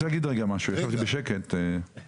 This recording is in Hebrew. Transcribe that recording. הכשל היה הרבה יותר קטן ברמה הארצית.